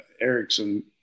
Erickson